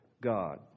God